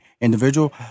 individual